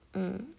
mm